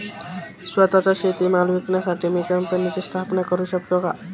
स्वत:चा शेतीमाल विकण्यासाठी मी कंपनीची स्थापना करु शकतो का?